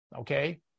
Okay